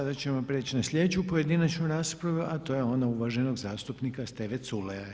Sada ćemo priječi na sljedeću pojedinačnu raspravu a to je ona uvaženog zastupnika Steve Culeja.